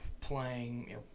playing